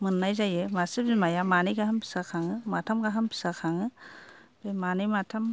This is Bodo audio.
मोननाय जायो मासे बिमाया मानै गाहाम फिसा खाङो माथाम गाहाम फिसा खाङो बे मानै माथाम